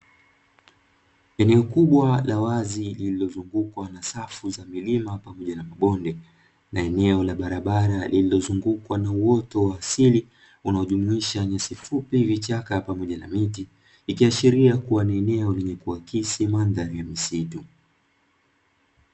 Eneo kubwa la wazi lililozungukwa na safu za milima pamoja na mabonde na eneo la barabara lililozungukwa na uoto wa asili unaojumuisha nyasi fupi, vichaka pamoja na miti ikiashiria kuwa na eneo lenye kuakisiki mandhari ya misitu.